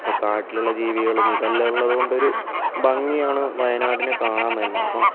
അപ്പം കാട്ടിലുള്ള ജീവികളും ഇതെല്ലാം ഉള്ളത് കൊണ്ടൊരു ഭംഗിയാണ് വയനാടിനെ കാണാൻ തന്നെ അപ്പം